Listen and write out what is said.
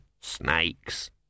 Snakes